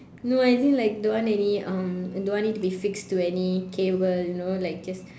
no as in like don't want any um don't want it to be fixed to any cable you know like just